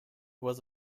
was